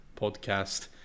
podcast